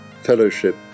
Fellowship